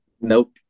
Nope